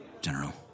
General